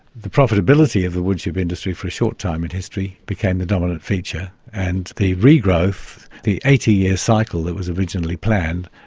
the profitability of the woodchip industry for a short time in history became the dominant feature and the regrowth, the eighty year cycle that was originally planned,